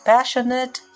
Passionate